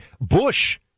bush